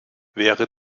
wäre